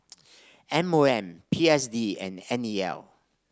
M O M P S D and N E L